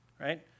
right